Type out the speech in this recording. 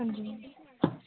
ਹਾਂਜੀ ਮੈਮ